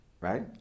right